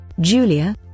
Julia